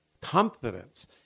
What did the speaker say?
confidence